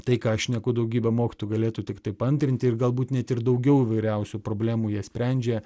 tai ką aš šneku daugybė mokytojų galėtų tiktai paantrinti ir galbūt net ir daugiau įvairiausių problemų jie sprendžia